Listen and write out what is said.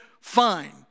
fine